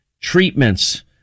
treatments